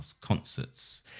concerts